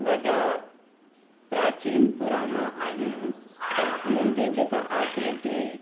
वॾा प्राचीन पुराना आहिनि उन्हनि ते जेका आकृति